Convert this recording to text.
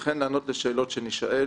וכן לענות כמיטב יכולותינו לשאלות שנישאל.